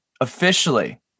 officially